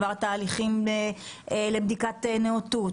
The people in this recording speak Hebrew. עבר תהליכים לבדיקת נאותות,